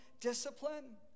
discipline